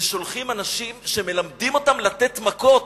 זה ששולחים אנשים שמלמדים אותם לתת מכות.